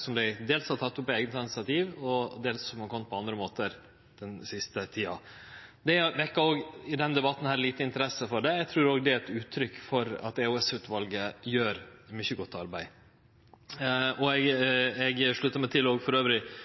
som det dels har teke opp på eige initiativ, og som dels har kome på andre måtar den siste tida. Det vekkjer òg i denne debatten lite interesse for det. Eg trur òg det er eit uttrykk for at EOS-utvalet gjer mykje godt arbeid, og eg sluttar meg elles til grundige og